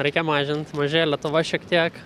reikia mažint mažėja lietuva šiek tiek